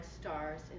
stars